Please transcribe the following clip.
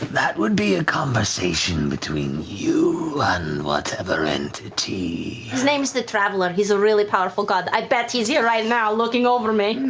that would be a conversation between you and whatever entity laura his name's the traveler. he's a really powerful god. i bet he's here, right now, looking over me.